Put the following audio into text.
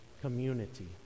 community